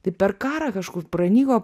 tai per karą kažkur pranyko